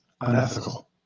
unethical